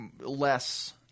less